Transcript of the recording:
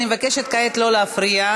אני מבקשת כעת לא להפריע.